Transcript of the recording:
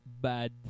bad